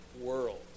world